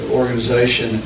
organization